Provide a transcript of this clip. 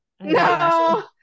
No